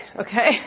Okay